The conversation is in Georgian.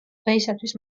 დღეისათვის